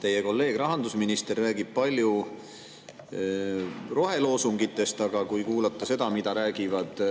teie kolleeg rahandusminister räägib palju roheloosungitest, aga kui kuulata seda, mida räägivad